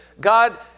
God